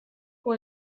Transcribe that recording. pour